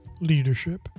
leadership